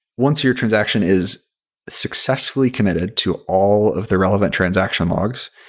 once your transaction is successfully committed to all of the relevant transaction logs,